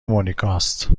مونیکاست